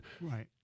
Right